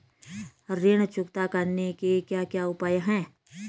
ऋण चुकता करने के क्या क्या उपाय हैं?